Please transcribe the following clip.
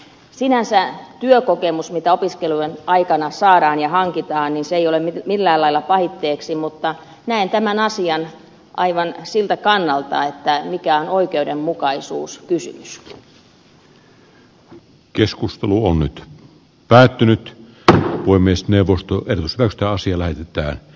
sinänsä työkokemus mitä opiskelujen aikana saadaan ja hankitaan ei ole millään lailla pahitteeksi mutta näen tämän asian aivan siltä kannalta mikä on nyt päättynyt kaava voi myös neuvosto perustaa sillä että